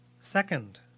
Second